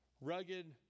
rugged